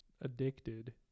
addicted